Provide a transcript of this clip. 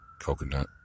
Coconut